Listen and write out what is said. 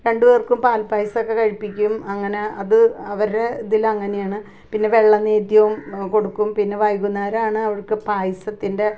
രണ്ടു പേർക്കും പാൽപ്പായസമൊക്കെ കഴിപ്പിക്കും അങ്ങനെ അത് അവരുടെ അതിൽ അങ്ങനെയാണ് പിന്നെ വെള്ള നേദ്യവും കൊടുക്കും പിന്നെ വൈകുന്നേരമാണ് അവർക്ക് പായസത്തിൻ്റെ